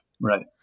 right